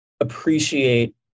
appreciate